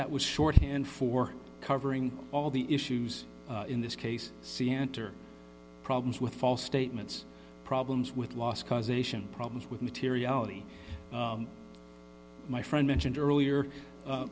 that was shorthand for covering all the issues in this case see antar problems with false statements problems with loss causation problems with materiality my friend mentioned earlier